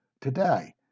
today